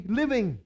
living